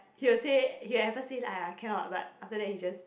he will say he will at first say like !aiya! cannot but after that he just